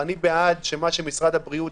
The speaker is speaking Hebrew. הבנתי שאין ברירה.